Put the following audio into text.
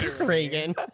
Reagan